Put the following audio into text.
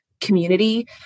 community